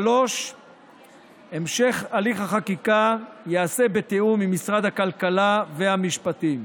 3. המשך הליך החקיקה ייעשה בתיאום עם משרד הכלכלה ועם משרד המשפטים.